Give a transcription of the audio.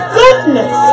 goodness